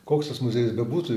koks tas muziejus bebūtų